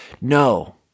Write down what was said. no